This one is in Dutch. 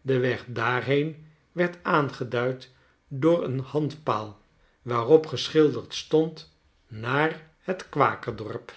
de weg daarheen werd aangeduid door eon handpaal waarop geschilderd stond naar tkwakerdorp